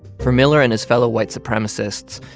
for miller and his fellow white supremacists,